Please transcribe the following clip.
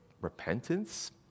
repentance